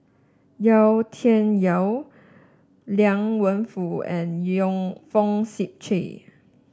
Yau Tian Yau Liang Wenfu and Yong Fong Sip Chee